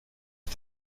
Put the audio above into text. ich